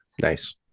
Nice